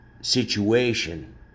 situation